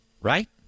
right